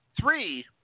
three